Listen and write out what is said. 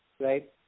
right